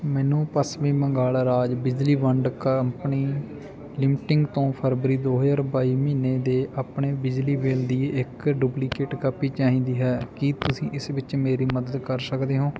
ਮੈਨੂੰ ਪੱਛਮੀ ਬੰਗਾਲ ਰਾਜ ਬਿਜਲੀ ਵੰਡ ਕੰਪਨੀ ਲਿਮਟਿੰਗ ਤੋਂ ਫਰਵਰੀ ਦੋ ਹਜ਼ਾਰ ਬਾਈ ਮਹੀਨੇ ਦੇ ਆਪਣੇ ਬਿਜਲੀ ਬਿੱਲ ਦੀ ਇੱਕ ਡੁਪਲੀਕੇਟ ਕਾਪੀ ਚਾਹੀਦੀ ਹੈ ਕੀ ਤੁਸੀਂ ਇਸ ਵਿੱਚ ਮੇਰੀ ਮਦਦ ਕਰ ਸਕਦੇ ਹੋ